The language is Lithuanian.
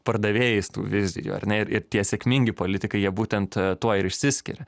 pardavėjais tų vizijų ar ne ir ir tie sėkmingi politikai jie būtent tuo ir išsiskiria